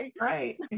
Right